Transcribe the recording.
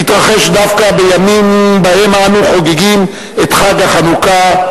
מתרחש דווקא בימים שאנו חוגגים את חג החנוכה,